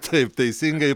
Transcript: taip teisingai